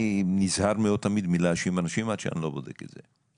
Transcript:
אני נזהר מאוד מלהאשים אנשים עד שאני לא בודק את זה,